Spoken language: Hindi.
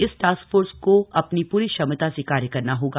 इस टास्क फोर्स को अपनी पूरी क्षमता से कार्य करना होगा